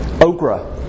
okra